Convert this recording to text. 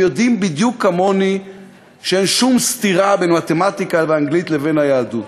הם יודעים בדיוק כמוני שאין שום סתירה בין מתמטיקה ואנגלית לבין היהדות.